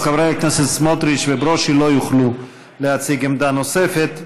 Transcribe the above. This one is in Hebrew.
אז חברי הכנסת סמוטריץ וברושי לא יוכלו להציג עמדה נוספת,